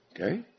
Okay